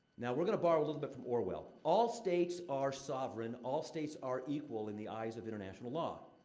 now, we're going to borrow a little bit from orwell, all states are sovereign, all states are equal in the eyes of international law.